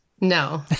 No